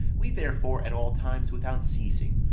we, therefore, at all times without ceasing,